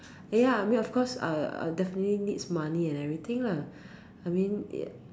ya I mean of cause I I definitely need money and everything lah I mean